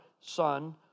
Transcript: Son